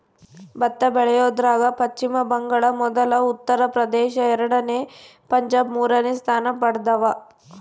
ಭತ್ತ ಬೆಳಿಯೋದ್ರಾಗ ಪಚ್ಚಿಮ ಬಂಗಾಳ ಮೊದಲ ಉತ್ತರ ಪ್ರದೇಶ ಎರಡನೇ ಪಂಜಾಬ್ ಮೂರನೇ ಸ್ಥಾನ ಪಡ್ದವ